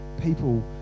people